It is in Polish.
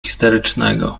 histerycznego